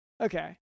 Okay